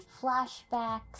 flashbacks